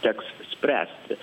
teks spręsti